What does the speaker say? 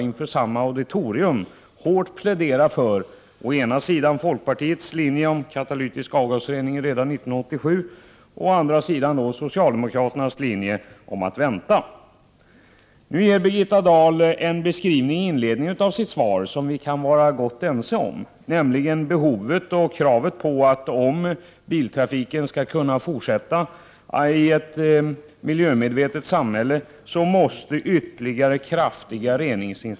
Inför samma auditorium pläderades alltså för å ena sidan folkpartiets linje, katalytisk avgasrening redan 1987, och å andra sidan socialdemokraternas linje, dvs. att vi skulle vänta med en sådan. Nu ger Birgitta Dahl i inledningen av sitt svar en beskrivning som vi kan vara överens om, och det gäller behovet av och kravet på ytterligare kraftiga reningsinsatser om biltrafiken skall kunna fortsätta i ett miljömedvetet samhälle.